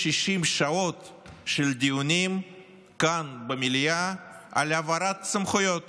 60 שעות של דיונים כאן במליאה על העברת סמכויות